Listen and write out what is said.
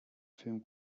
film